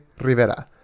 Rivera